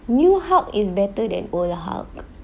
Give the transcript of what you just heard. new hulk is better than old hulk